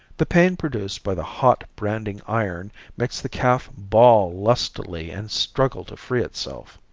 the pain produced by the hot branding iron makes the calf bawl lustily and struggle to free itself.